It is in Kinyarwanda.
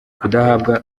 kudahabwa